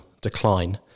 decline